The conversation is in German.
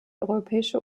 europäische